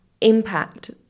impact